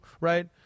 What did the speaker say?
right